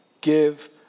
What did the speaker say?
give